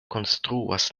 konstruas